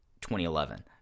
2011